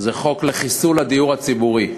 חוק לחיסול הדיור הציבורי,